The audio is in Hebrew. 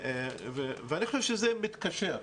אני חושב שזה מתקשר,